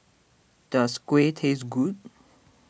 does Kuih taste good